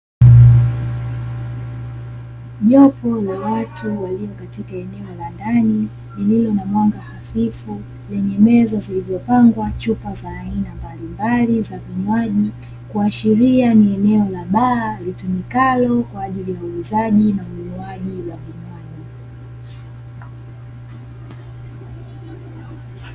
Jopo la watu walio katika eneo la ndani lililo na mwanga hafifu lenye meza lililopangwa chupa za aina mbalimbali za vinywaji, kuashiria ni eneo la baa litumikalo kwaajili ya uuzaji na ununuaji wa vinywaji.